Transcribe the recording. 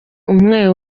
umwe